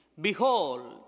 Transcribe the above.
behold